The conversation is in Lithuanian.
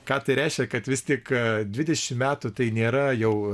ką tai reiškia kad vis tik dvidešimt metų tai nėra jau